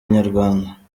inyarwanda